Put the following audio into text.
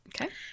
Okay